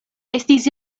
estis